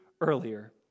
earlier